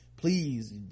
please